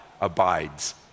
abides